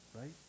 right